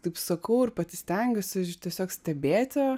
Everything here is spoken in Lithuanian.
taip sakau ir pati stengiuosi tiesiog stebėti